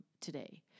today